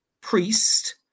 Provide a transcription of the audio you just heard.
priest